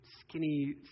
skinny